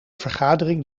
vergadering